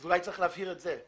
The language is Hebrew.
אז אולי צריך להבהיר את זה.